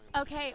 Okay